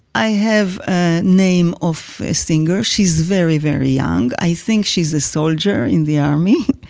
i have a name of a singer. she's very very young, i think she's a soldier in the army.